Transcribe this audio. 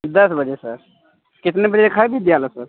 दस बजे सर कितने बजे का है विद्यालय सर